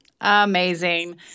Amazing